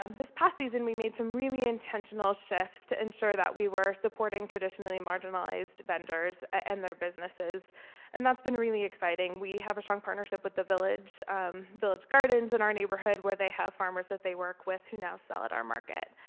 um this past season we made really intentional shifts to ensure that we were supporting traditionally marginalized vendors and their businesses and that's been really excited. we have a strong partnership with the village village gardens in our neighborhood where they have farmers that they work with who now sell at our market.